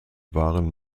waren